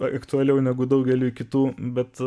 aktualiau negu daugeliui kitų bet